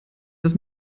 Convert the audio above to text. das